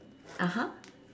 (uh huh)